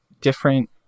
different